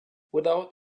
without